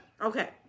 Okay